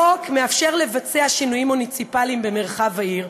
החוק מאפשר לבצע שינויים מוניציפליים במרחב העיר,